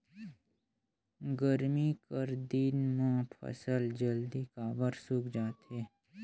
गरमी कर दिन म फसल जल्दी काबर सूख जाथे?